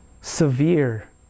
severe